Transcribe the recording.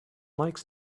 likes